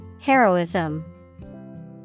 Heroism